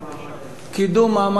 קידום מעמד האשה.